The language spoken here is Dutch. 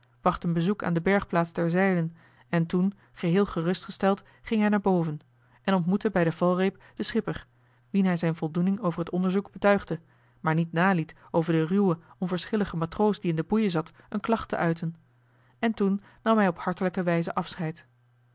bracht een bezoek aan de bergplaats der zeilen en toen geheel gerust gesteld ging hij naar boven en ontmoette bij den valreep den schipper wien hij zijn voldoening over het onderzoek betuigde maar niet naliet over den ruwen onverschilligen matroos die in de boeien zat een klacht te uiten en toen nam hij op hartelijke wijze afscheid